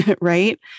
right